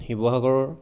শিৱসাগৰৰ